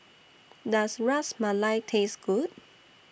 Does Ras Malai Taste Good